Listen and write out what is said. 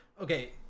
Okay